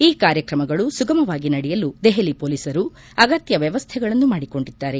ಈ ಕಾರ್ಯತ್ರಮಗಳು ಸುಗಮವಾಗಿ ನಡೆಯಲು ದೆಹಲಿ ಪೊಲೀಸರು ಅಗತ್ಯ ವ್ಯವಸೈಗಳನ್ನು ಮಾಡಿಕೊಂಡಿದ್ದಾರೆ